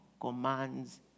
commands